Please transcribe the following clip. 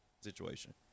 situation